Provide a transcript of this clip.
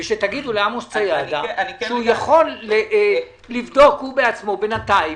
ושתגידו לעמוס ציאדה שהוא יכול לבדוק הוא בעצמו בינתיים,